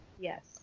Yes